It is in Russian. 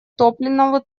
топливному